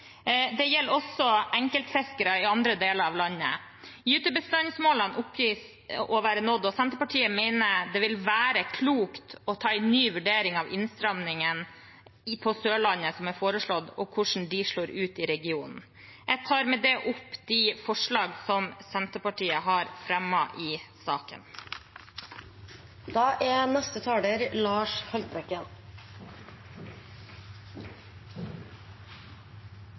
Det gjelder også enkeltfiskere i andre deler av landet. Gytebestandsmålene oppgis å være nådd, og Senterpartiet mener at det vil være klokt å ta en ny vurdering av innstrammingene på Sørlandet som er forslått, og hvordan de slår ut i regionen. Norge har et særskilt ansvar for å forvalte våre villaksbestander i et langsiktig perspektiv. Mengden villaks er